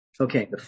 Okay